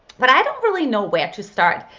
but i don't really know where to start.